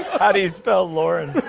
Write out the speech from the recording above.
how do you spell lorne?